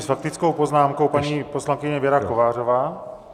S faktickou poznámkou paní poslankyně Věra Kovářová.